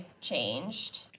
changed